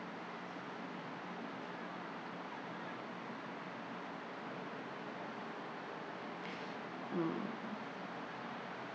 mm